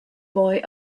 boy